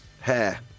Hair